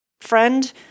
friend